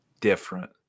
different